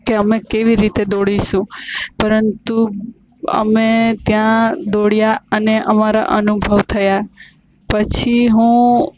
કે અમે કેવી રીતે દોડીશું પરંતુ અમે ત્યાં દોડ્યાં અને અમારા અનુભવ થયા પછી હું